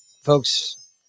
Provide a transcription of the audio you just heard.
folks